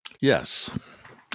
Yes